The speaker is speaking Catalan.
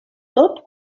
tot